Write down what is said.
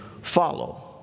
follow